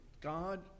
God